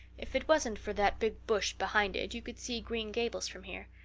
if it wasn't for that big bush behind it you could see green gables from here.